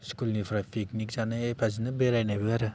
स्कुलनिफ्राय पिकनिक जानो ओइबासिनो बेरायनायबो आरो